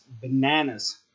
bananas